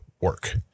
work